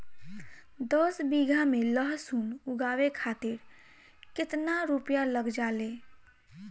दस बीघा में लहसुन उगावे खातिर केतना रुपया लग जाले?